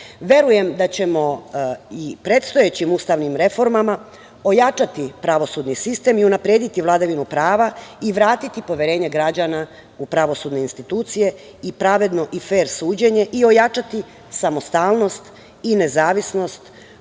radnji. Verujem da ćemo i predstojećim ustavnim reformama ojačati pravosudni sistem i unaprediti vladavinu prava i vratiti poverenje građana u pravosudne institucije i pravedno i fer suđenje, i ojačati samostalnost i nezavisnost